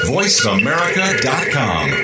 VoiceAmerica.com